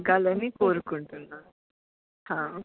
తగ్గాలని కోరుకుంటున్నా